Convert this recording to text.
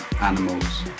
animals